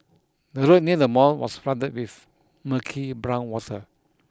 the road near the mall was flooded with murky brown water